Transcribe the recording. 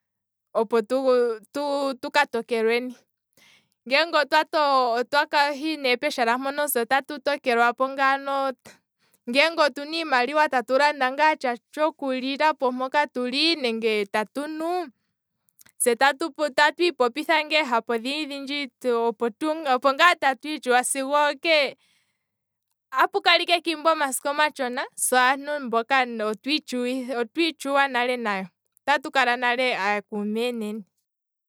Opo tu- tu- tuka tokelweni, ngeenge otwa otwahi ne peshala mpono, se otatu tokelwa ngaano, ngeenge otuna iimaliwa tatu landa ngaa tsha tshoku lila po peshala mpoka tuli, nenge tatu nu tse tatu ipopitha ngaa ehapu odhindji opo ngaa tatu itshuwa sigo okee, apukala ike omasiku omatshona se aantu mboka otwiitshuwa nale nayo, otatu kala nale ookuume aanene.